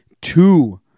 two